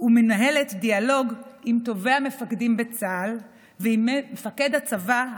ומנהלת דיאלוג עם טובי המפקדים בצה"ל ועם מפקד הצבא,